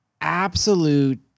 absolute